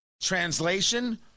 Translation